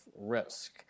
risk